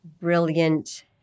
brilliant